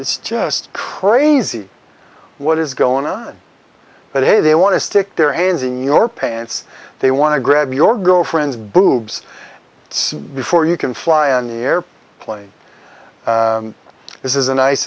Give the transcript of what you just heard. it's just crazy what is going on but hey they want to stick their hands in your pants they want to grab your girlfriend's boobs before you can fly on the air plane this is a